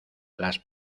las